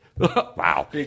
Wow